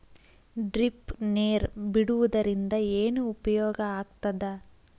Drip ನೇರ್ ಬಿಡುವುದರಿಂದ ಏನು ಉಪಯೋಗ ಆಗ್ತದ?